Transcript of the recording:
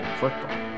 football